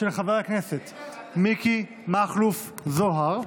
של חבר הכנסת מיקי מכלוף זוהר.